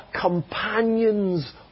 companions